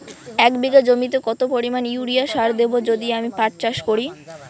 এক বিঘা জমিতে কত পরিমান ইউরিয়া সার দেব যদি আমি পাট চাষ করি?